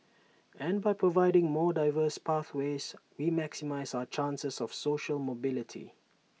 and by providing more diverse pathways we maximise our chances of social mobility